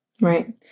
Right